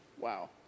wow